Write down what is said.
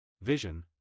vision